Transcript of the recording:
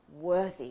worthy